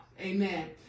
amen